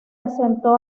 asentó